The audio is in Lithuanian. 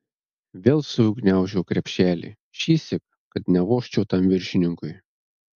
vėl sugniaužiau krepšelį šįsyk kad nevožčiau tam viršininkui